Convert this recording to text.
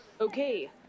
Okay